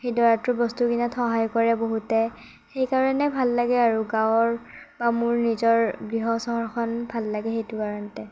সেই দৰাটোৰ বস্তু কিনাত সহায় কৰে বহুতে সেইকাৰণে ভাল লাগে আৰু গাঁৱৰ বা মোৰ নিজৰ গৃহ চহৰখন ভাল লাগে সেইটো কাৰণতে